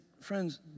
friends